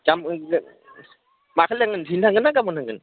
गाबोन मा खालि थांगोन दिनै थांगोन ना गाबोन थांगोन